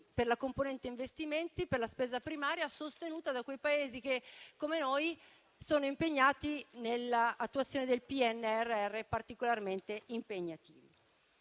per la componente investimenti, per la spesa primaria sostenuta da quei Paesi che, come noi, sono impegnati nell'attuazione di PNRR particolarmente impegnativi.